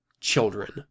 children